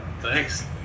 Thanks